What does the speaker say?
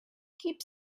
keeps